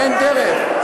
אין דרך.